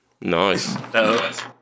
Nice